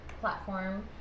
platform